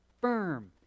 firm